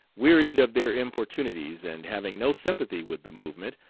wearied of their importunities, and having no sympathy with the movement,